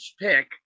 pick